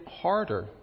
harder